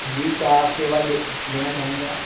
جی کیا سیوا لینا چاہیں گے آپ